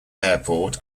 airport